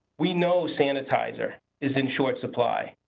we know sanitizer is in short supply,